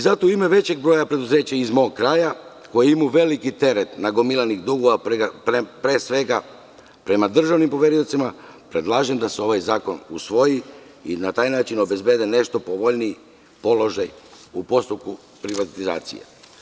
Zato, u ime većeg broja preduzeća iz mog kraja, koja imaju veliki teret nagomilanih dugova, pre svega, prema državnim poveriocima, predlažem da se ovaj zakon usvoji i na taj način obezbedi nešto povoljniji položaj u postupku privatizacije.